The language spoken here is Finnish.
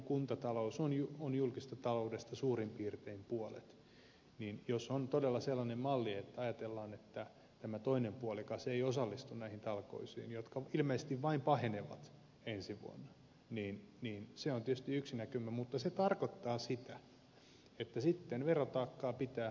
ja kun kuntatalous on julkisesta taloudesta suurin piirtein puolet niin jos on todella sellainen malli että ajatellaan että tämä toinen puolikas ei osallistu näihin talkoisiin jotka ilmeisesti vain pahenevat ensi vuonna niin se on tietysti yksi näkymä mutta se tarkoittaa sitä että sitten verotaakkaa pitää aika tavalla lisätä